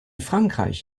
frankreich